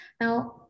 Now